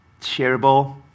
shareable